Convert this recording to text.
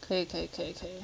可以可以可以可以